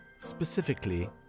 specifically